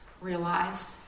realized